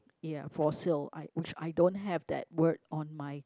ya for sale I which I don't have that word on my